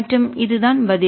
மற்றும் இதுதான் பதில்